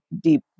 deep